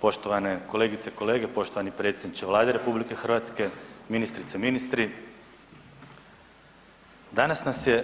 Poštovane kolegice i kolege, poštovani predsjedniče Vlade RH, ministrice i ministri danas nas je